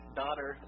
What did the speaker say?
daughter